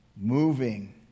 moving